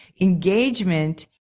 engagement